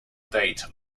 date